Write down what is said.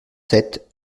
sept